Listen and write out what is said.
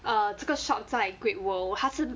err 这个 shop 在 great world 它是